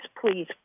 please